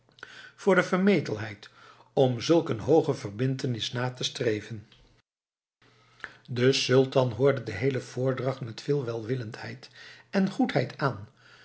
voor de vermetelheid om zulk een hooge verbintenis na te streven de sultan hoorde de heele voordracht met veel welwillendheid en goedheid aan